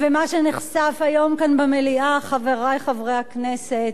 ומה שנחשף היום כאן במליאה, חברי חברי הכנסת,